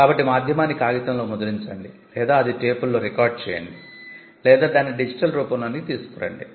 కాబట్టి మాధ్యమాన్ని కాగితంలో ముద్రించండి లేదా అది టేపులలో రికార్డ్ చేయండి లేదా దాన్ని డిజిటల్ రూపంలోనికి తీసుకు రండి